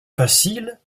facile